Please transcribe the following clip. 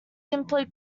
simply